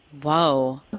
whoa